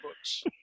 books